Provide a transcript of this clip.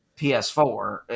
PS4